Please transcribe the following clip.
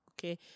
Okay